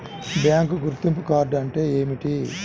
Bank గుర్తింపు card అంటే ఏమిటి?